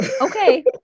Okay